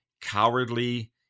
cowardly